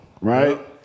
right